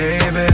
baby